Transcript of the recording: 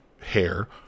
hair